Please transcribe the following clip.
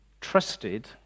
trusted